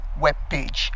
webpage